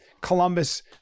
Columbus